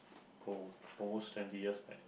oh almost twenty years back